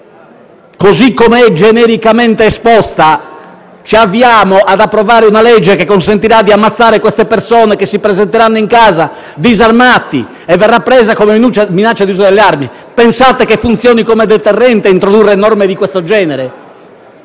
Così com'è genericamente esposta, ci avviamo ad approvare una legge che consentirà di ammazzare queste persone che si presenteranno in casa disarmate e tale circostanza verrà considerata come minaccia di uso delle armi. Pensate che funzioni come deterrente introdurre norme di questo genere?